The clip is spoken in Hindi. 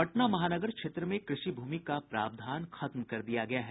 पटना महानगर क्षेत्र में कृषि भूमि का प्रावधान खत्म कर दिया गया है